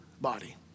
body